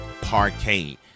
Parkade